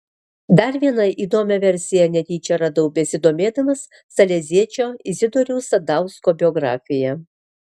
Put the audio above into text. dar vieną įdomią versiją netyčia radau besidomėdamas saleziečio izidoriaus sadausko biografija